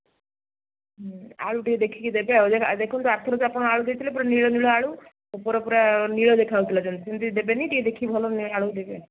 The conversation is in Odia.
ଆଳୁ ଟିକେ ଦେଖିକି ଦେବେ ଆଉ ଦେଖ ଦେଖନ୍ତୁ ଆରଥରକ ଆପଣ ଆଳୁ ଦେଇଥିଲେ ପୁରା ନୀଳ ନୀଳ ଆଳୁ ଉପର ପୁରା ନୀଳ ଦେଖା ଯାଉଥିଲା ଯେମିତି ସେମିତି ଦେବେନି ଟିକେ ଦେଖିକି ଭଲ ଆଳୁ ଦେବେ